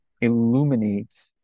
illuminate